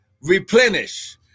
replenish